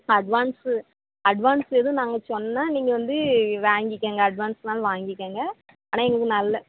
advance advance எதுவும் நாங்கள் சொன்னால் நீங்கள் வந்து வாங்கிக்கொங்க அட்வான்ஸ்னாலும் வாங்கிக்கொங்க ஆனால் எங்களுக்கு நல்ல